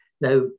Now